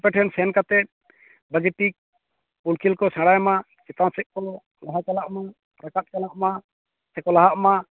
ᱟᱯᱮᱴᱷᱮᱱ ᱥᱮᱱ ᱠᱟᱛᱮᱫ ᱵᱷᱟᱹᱜᱤ ᱴᱷᱤᱠ ᱵᱚᱞᱠᱷᱮᱞ ᱠᱚ ᱥᱮᱸᱲᱟᱭ ᱢᱟ ᱪᱮᱛᱟᱱ ᱥᱮᱫ ᱠᱚ ᱞᱟᱦᱟ ᱪᱟᱞᱟᱜ ᱢᱟ ᱥᱮᱠᱚ ᱨᱟᱠᱟᱵ ᱪᱟᱞᱟᱼᱢᱟ ᱥᱮ ᱠᱚ ᱞᱟᱦᱟ ᱢᱟ